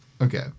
Okay